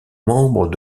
membre